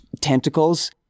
tentacles